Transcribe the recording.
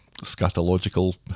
scatological